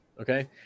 Okay